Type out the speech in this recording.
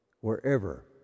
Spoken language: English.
wherever